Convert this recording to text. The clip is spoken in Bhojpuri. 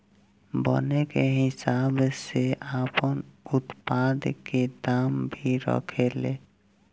बने के हिसाब से आपन उत्पाद के दाम भी रखे ले